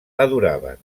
adoraven